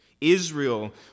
Israel